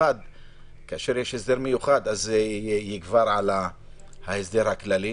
כאשר יש הסדר מיוחד הוא גובר על ההסדר הכללי